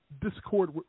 discord